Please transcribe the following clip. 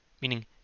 meaning